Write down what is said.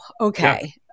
okay